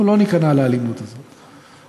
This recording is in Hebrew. אנחנו לא ניכנע לאלימות הזאת.